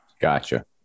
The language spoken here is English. Gotcha